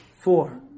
Four